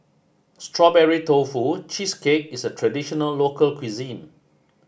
Strawberry Tofu Cheesecake is a traditional local cuisine